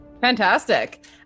Fantastic